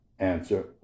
answer